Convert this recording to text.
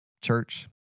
church